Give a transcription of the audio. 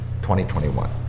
2021